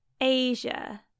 Asia